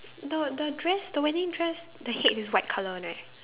the the dress the wedding dress the head is white colour one right